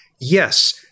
Yes